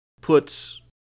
puts